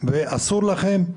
אז באמת,